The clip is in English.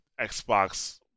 Xbox